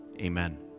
Amen